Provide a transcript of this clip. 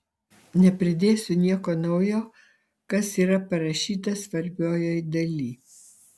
nepridėsiu nieko naujo kas yra parašyta svarbiojoj daly